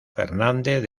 fernández